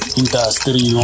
industry